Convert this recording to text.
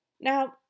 Now